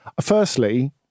firstly